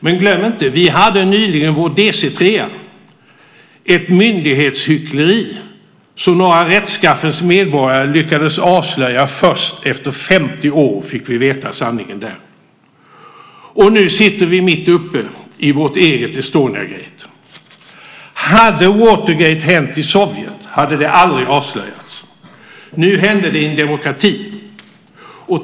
Men glöm inte att vi nyligen hade vår DC 3:a - ett myndighetshyckleri som några rättskaffens medborgare lyckades avslöja. Först efter 50 år fick vi veta sanningen där. Och nu sitter vi mitt uppe i vårt eget Estoniagate. Hade Watergate hänt i Sovjet hade det aldrig avslöjats. Nu hände det i en demokrati.